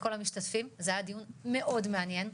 לכל המשתתפים, זה היה דיון מאוד מעניין.